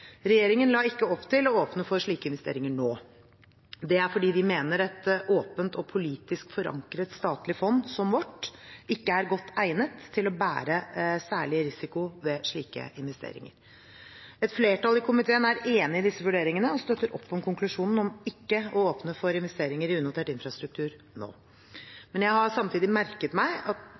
Regjeringen la ikke opp til å åpne for slike investeringer nå. Det er fordi vi mener et åpent og politisk forankret statlig fond som vårt ikke er godt egnet til å bære særlig risiko ved slike investeringer. Et flertall i komiteen er enig i disse vurderingene og støtter opp om konklusjonen om ikke å åpne for investeringer i unotert infrastruktur nå. Jeg har samtidig merket meg